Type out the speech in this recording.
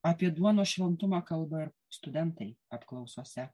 apie duonos šventumą kalba ir studentai apklausose